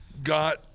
got